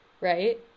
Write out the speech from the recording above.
right